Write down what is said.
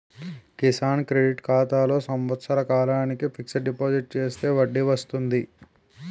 Kisan credit ఖాతాలో సంవత్సర కాలానికి ఫిక్స్ డిపాజిట్ చేస్తే వడ్డీ వస్తుంది